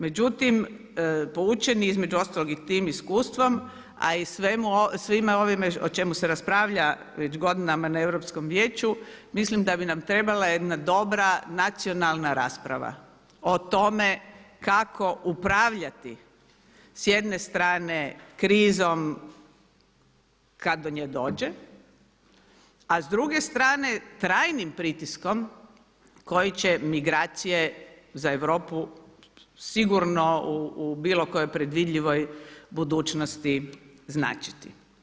Međutim, poučeni između ostalog i tim iskustvom, a i svime ovime o čemu se raspravlja već godinama na Europskom vijeću mislim da bi nam trebala jedna dobra nacionalna rasprava o tome kako upravljati s jedne strane krizom kad do nje dođe, a s druge strane trajnim pritiskom koji će migracije za Europu sigurno u bilo kojoj predvidljivoj budućnosti značiti.